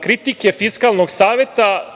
kritike Fiskalnog saveta